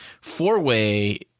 four-way